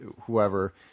whoever